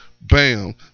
bam